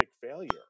failure